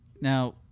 Now